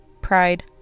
Pride